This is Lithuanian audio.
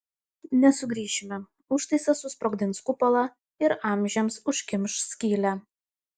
nesugrįšime užtaisas susprogdins kupolą ir amžiams užkimš skylę